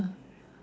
ah